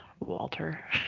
Walter